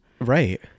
Right